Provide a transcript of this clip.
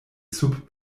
sub